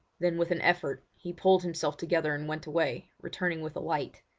then with an effort he pulled himself together and went away, returning with a light.